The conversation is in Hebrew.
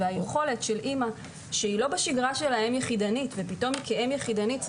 היכולת של אימא שבשגרה שלה היא לא אם יחידנית ופתאום היא אם יחידנית.